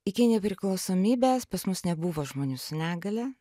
iki nepriklausomybės pas mus nebuvo žmonių su negalia